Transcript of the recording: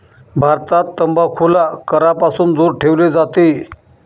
भारतात तंबाखूला करापासून दूर ठेवले जाते